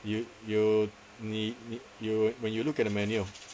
you you 你 you when you look at the menu